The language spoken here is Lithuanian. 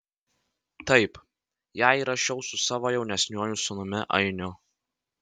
taip ją įrašiau su savo jaunesniuoju sūnumi ainiu